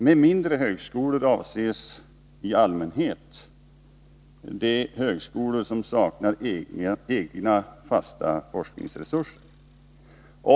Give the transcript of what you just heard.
Med mindre högskolor avses i allmänhet de högskolor som saknar egna fasta forskningsresurser.